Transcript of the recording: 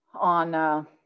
on